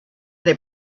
they